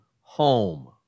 home